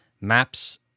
maps